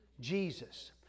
Jesus